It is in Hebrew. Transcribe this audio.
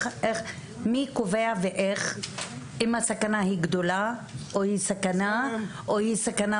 מי קובע ואיך אם הסכנה היא גדולה או היא סכנה ממשית.